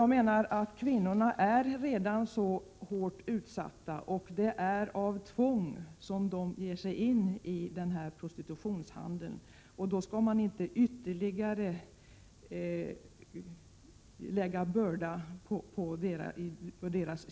Jag menar att kvinnorna redan är så hårt utsatta, att det är av tvång som de ger sig in i prostitutionshandeln och att det inte skall läggas ytterligare en börda på dem.